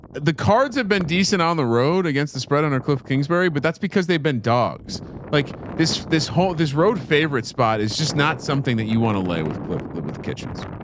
the cards have been decent on the road against the spread on our kliff kingsbury, but that's because they've been dogs like this, this whole, this road. favorite spot is just not something that you want to lay with cliff live with kitchens.